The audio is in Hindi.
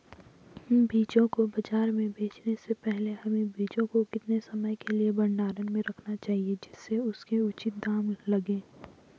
बीजों को बाज़ार में बेचने से पहले हमें बीजों को कितने समय के लिए भंडारण में रखना चाहिए जिससे उसके उचित दाम लगें?